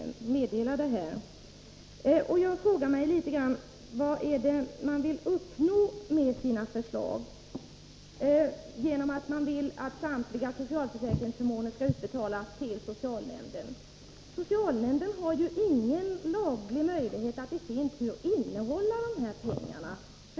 Jag frågar mig vad det är man vill uppnå med sina förslag att samtliga socialförsäkringsförmåner skall utbetalas till socialnämnden. Socialnämnden har ju ingen laglig möjlighet att i sin tur innehålla dessa pengar.